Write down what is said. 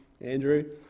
Andrew